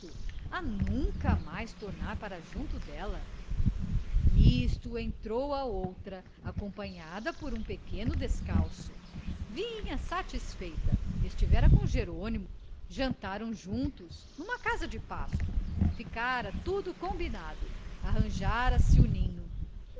a nunca mais tornar para junto dela nisto entrou a outra acompanhada por um pequeno descalço vinha satisfeita estivera com jerônimo jantaram juntos numa casa de pasto ficara tudo combinado arranjara se o ninho